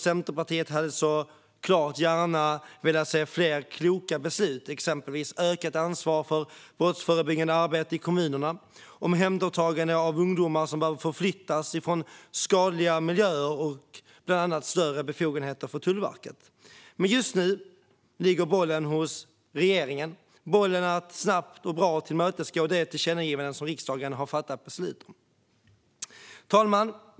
Centerpartiet hade såklart gärna velat se fler kloka beslut, exempelvis om ökat ansvar för brottsförebyggande arbete i kommunerna, omhändertagande av ungdomar som behöver förflyttas från skadliga miljöer samt större befogenheter för Tullverket. Men just nu ligger bollen hos regeringen när det gäller att snabbt och bra tillmötesgå de tillkännagivanden som riksdagen har fattat beslut om. Fru talman!